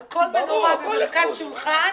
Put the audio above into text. על כל מנורה במרכז שולחן,